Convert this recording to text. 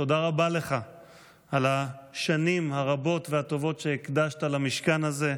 תודה רבה לך על השנים הרבות והטובות שהקדשת למשכן הזה.